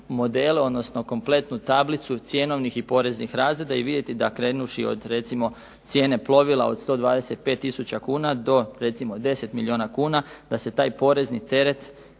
odnosno kompletnu tablicu cjenovnih i poreznih razreda i vidjeti da krenuvši od recimo cijene plovila od 125 tisuća kuna do recimo 10 milijuna kuna da se taj porezni teret